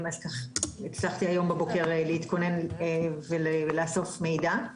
הצלחתי היום בבוקר להתכונן ולאסוף מידע.